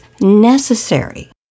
necessary